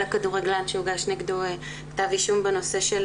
על הכדורגלן שהוגש נגדו כתב אישום בנושא של